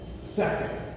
Second